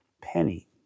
penny